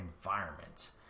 environment